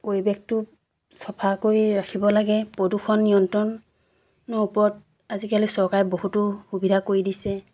পৰিৱেশটো চফা কৰি ৰাখিব লাগে প্ৰদূষণ নিয়ন্ত্ৰণৰ ওপৰত আজিকালি চৰকাৰে বহুতো সুবিধা কৰি দিছে